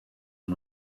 and